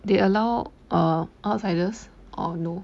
they allow err outsiders or no